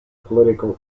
political